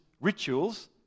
rituals